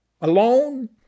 alone